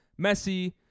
Messi